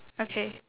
okay